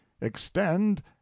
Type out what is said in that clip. extend